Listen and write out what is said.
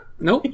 Nope